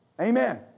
Amen